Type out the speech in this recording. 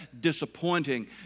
disappointing